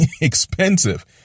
expensive